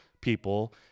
people